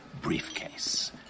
briefcase